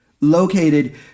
located